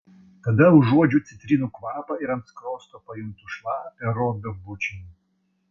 tada užuodžiu citrinų kvapą ir ant skruosto pajuntu šlapią robio bučinį